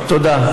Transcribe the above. תודה.